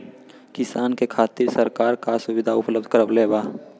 किसान के खातिर सरकार का सुविधा उपलब्ध करवले बा?